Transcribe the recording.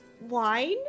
wine